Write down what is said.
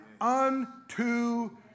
unto